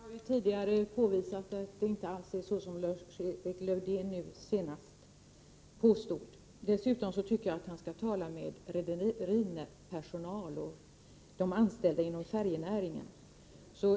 Fru talman! Jag har tidigare gett exempel på att det inte är så ensidigt som Lars-Erik Lövdén påstod. Dessutom tycker jag att han skall tala med rederipersonal och anställda inom färjenäringen.